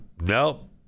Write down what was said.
Nope